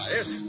es